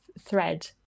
thread